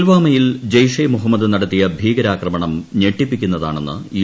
പൂൽവാമയിൽ ജെയ്ഷെ മുഹമ്മദ് നടത്തിയ ഭീകരാക്രമണം ഞെട്ടിപ്പിക്കുന്നതാണെന്ന് യു